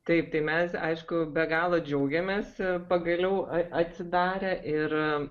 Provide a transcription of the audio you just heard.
taip tai mes aišku be galo džiaugiamės pagaliau atsidarę ir